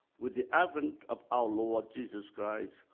with the advent of our lord, jesus christ,